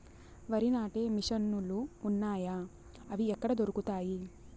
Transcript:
వరి నాటే మిషన్ ను లు వున్నాయా? అవి ఎక్కడ దొరుకుతాయి?